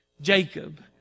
Jacob